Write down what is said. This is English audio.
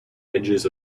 edges